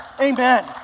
Amen